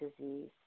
disease